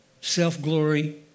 Self-glory